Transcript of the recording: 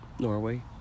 Norway